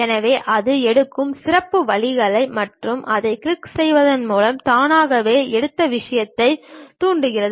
எனவே அது எடுக்கும் சிறப்பு வழிமுறைகள் மற்றும் அதைக் கிளிக் செய்வதன் மூலம் தானாகவே எடுத்து விஷயத்தைத் தூண்டுகிறது